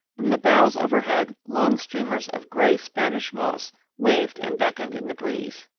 from the boughs overhead long streamers of gray spanish moss waved and beckoned in the breeze.